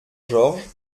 georges